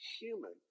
human